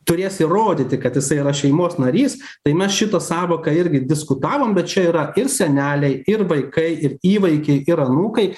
turės įrodyti kad jisai yra šeimos narys tai mes šitą sąvoką irgi diskutavom bet čia yra ir seneliai ir vaikai ir įvaikiai ir anūkai